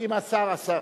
אם השר, לא.